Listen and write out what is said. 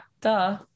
duh